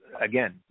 Again